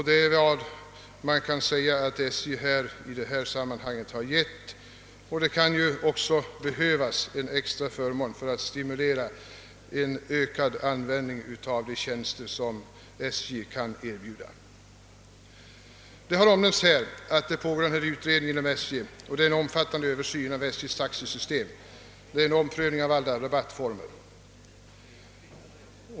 Det kan man ju säga att SJ har givit i detta sammanhang. Det kan också behöves en extra förmån för att stimulera till ökad användning av de tjänster som SJ erbjuder. Som redan framhållits pågår det för närvarande inom SJ en utredning rörande en omfattande översyn av SJ:s taxesystem och en omprövning av alla rabattformer.